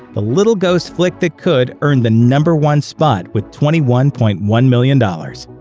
the little ghost flick that could earned the number one spot with twenty one point one million dollars.